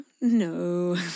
no